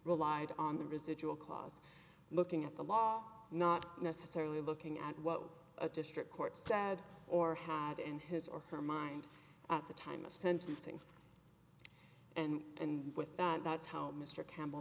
relied on the residual clause looking at the law not necessarily looking at what a district court sad or had in his or her mind at the time of sentencing and and with that that's how mr campbell